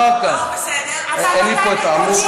אחר כך, אין לי פה העמוד.